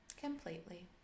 Completely